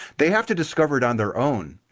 they have to discover it on their own,